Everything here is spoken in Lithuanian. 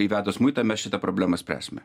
įvedus muitą mes šitą problemą spręsime